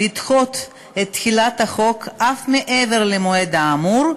לדחות את תחילת החוק אף מעבר למועד האמור,